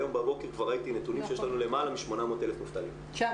היום בבוקר כבר ראיתי נתונים שיש לנו למעלה מ-800 אלף מובטלים.